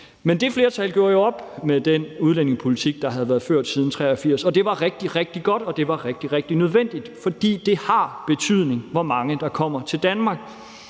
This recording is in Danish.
Men det flertal gjorde jo op med den udlændingepolitik, der havde været ført siden 1983, og det var rigtig, rigtig godt, og det var rigtig, rigtig nødvendigt. For det har betydning, hvor mange der kommer til Danmark,